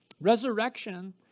Resurrection